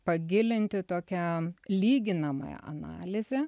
pagilinti tokią lyginamąją analizę